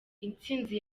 intsinzi